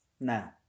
now